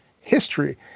history